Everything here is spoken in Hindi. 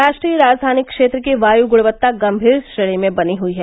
राष्ट्रीय राजधानी क्षेत्र की वायु गुणवत्ता गम्भीर श्रेणी में बनी हुई है